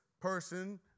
person